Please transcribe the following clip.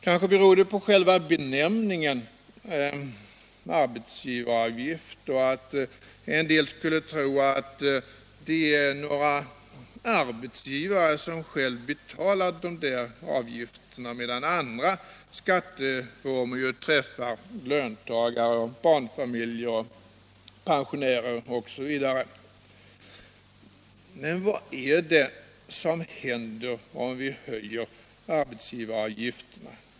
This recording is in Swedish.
Kanske beror det på själva benämningen arbetsgivaravgift, som gör att en del skulle tro att arbetsgivarna betalar dessa avgifter, medan andra skatteformer träffar löntagare, barnfamiljer, pensionärer osv. Men vad är det som händer om vi höjer arbetsgivaravgifterna?